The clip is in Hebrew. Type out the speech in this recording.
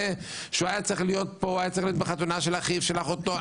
הוא היה צריך להיות בחתונה של אחיו או של אחותו,